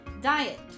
diet